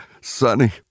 Sonny